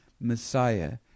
Messiah